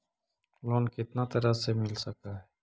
Loan कितना तरह से मिल सक है?